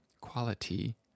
Quality